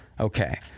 Okay